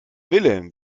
wilhelm